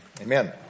Amen